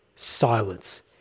silence